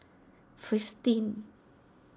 Fristine